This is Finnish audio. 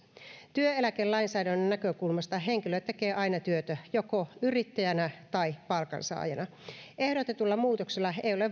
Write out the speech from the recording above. työeläkelainsäädännön näkökulmasta henkilö tekee aina työtä joko yrittäjänä tai palkansaajana ehdotetuilla muutoksilla ei ole